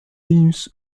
linus